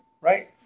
right